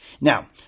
Now